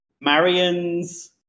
Marion's